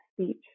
speech